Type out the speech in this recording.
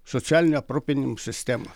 socialinio aprūpinimo sistemą